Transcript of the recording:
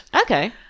Okay